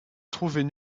trouvait